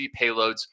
payloads